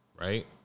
Right